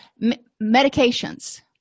Medications